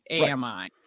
AMI